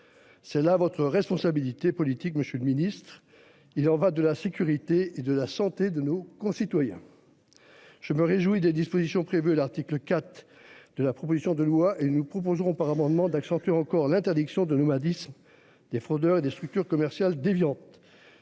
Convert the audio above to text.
C'est là votre responsabilité politique, Monsieur le Ministre. Il en va de la sécurité et de la santé de nos concitoyens. Je me réjouis des dispositions prévues à l'article 4 de la proposition de loi et nous proposerons, par amendement d'accentuer encore l'interdiction de Nouma 10 des fraudeurs et des structures commerciales déviantes.